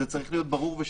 זה צריך להיות ברור ושקוף.